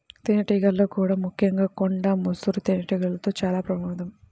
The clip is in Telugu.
తేనెటీగల్లో కూడా ముఖ్యంగా కొండ ముసురు తేనెటీగలతో చాలా ప్రమాదం